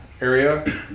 area